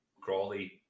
Crawley